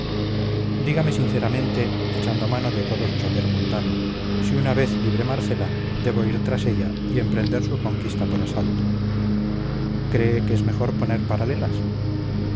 dígame sinceramente echando mano de todo su saber mundano si una vez libre marcela debo ir tras ella y emprender su conquista por asalto cree que es mejor poner paralelas